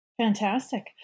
fantastic